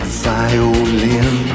violin